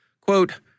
Quote